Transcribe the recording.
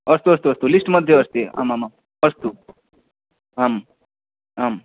अस्तु अस्तु अस्तु लिस्ट्मध्ये एव अस्ति आमामाम् अस्तु आम् आम्